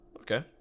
okay